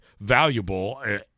valuable